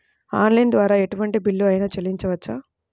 Online ద్వారా ఎటువంటి bill అయినా చెల్లించవచ్చా?